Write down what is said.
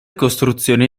costruzioni